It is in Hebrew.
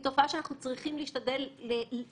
היא תופעה שאנחנו צריכים להשתדל למנוע.